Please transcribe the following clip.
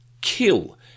kill